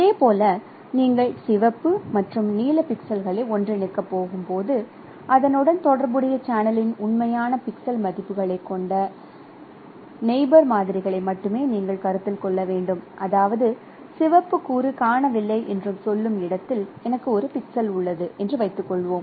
இதேபோல் நீங்கள் சிவப்பு மற்றும் நீல பிக்சல்களை ஒன்றிணைக்கப் போகும்போது அதனுடன் தொடர்புடைய சேனலின் உண்மையான பிக்சல் மதிப்புகளைக் கொண்ட நெய்போர்களை மட்டுமே நீங்கள் கருத்தில் கொள்ள வேண்டும் அதாவது சிவப்பு கூறு காணவில்லை என்று சொல்லும் இடத்தில் எனக்கு ஒரு பிக்சல் உள்ளது என்று வைத்துக்கொள்வோம்